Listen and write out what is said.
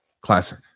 Classic